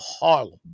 Harlem